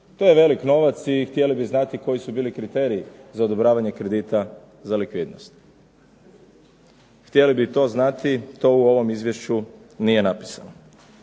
To je velik novac i htjeli bi znati koji su bili kriteriji za odobravanje kredita za likvidnost. Htjeli bi to znati, to u ovom izvješću nije napisano.